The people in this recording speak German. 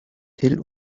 till